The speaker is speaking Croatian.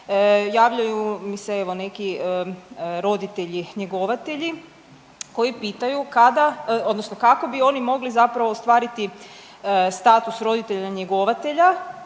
javljaju mi se evo neki roditelji njegovatelji koji pitaju kada odnosno kako bi oni mogli ostvariti status roditelja njegovatelja